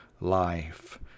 life